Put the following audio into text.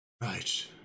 Right